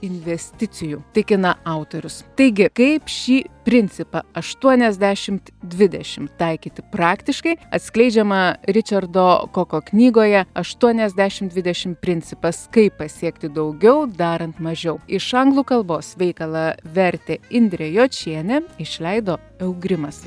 investicijų tikina autorius taigi kaip šį principą aštuoniasdešimt dvidešimt taikyti praktiškai atskleidžiama ričardo koko knygoje aštuoniasdešimt dvidešimt principas kaip pasiekti daugiau darant mažiau iš anglų kalbos veikalą vertė indrė jočienė išleido eugrimas